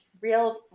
real